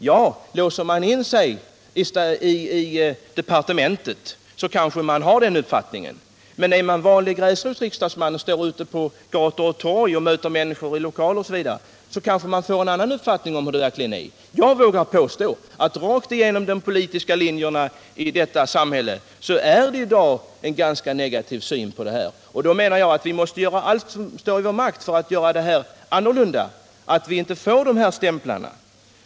Ja, låser man in sig i departementet kanske man får den uppfattningen, men är man en vanlig riksdagsman och står på gator och torg eller möter människor i samlingslokaler på politiska möten kanske man får en annan uppfattning om hur det verkligen är. Jag vågar påstå att det rakt igenom de politiska linjerna i detta samhälle råder en ganska negativ syn på denna företeelse. Vi måste göra allt som står i vår makt för att förändra det hela så att vi inte får dessa stämplar.